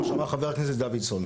כמו שאמר חבר הכנסת דוידסון.